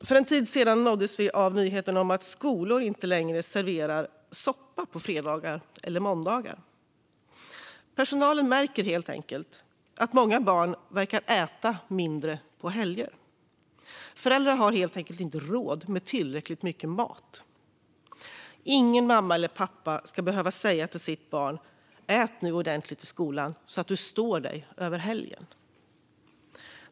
För en tid sedan nåddes vi av nyheten att skolor inte längre serverar soppa på fredagar eller måndagar. Personalen märker helt enkelt att många barn verkar äta mindre på helger. Föräldrar har helt enkelt inte råd med tillräckligt mycket mat. Ingen mamma eller pappa ska behöva säga till sitt barn: Ät nu ordentligt i skolan så att du står dig över helgen!